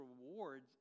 rewards